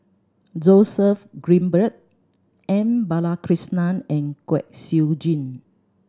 Joseph Grimberg M Balakrishnan and Kwek Siew Jin